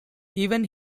even